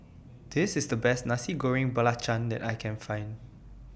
This IS The Best Nasi Goreng Belacan that I Can Find